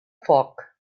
foc